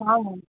हाँ हाँ